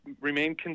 remain